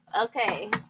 okay